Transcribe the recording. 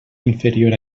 inferior